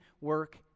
work